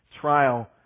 trial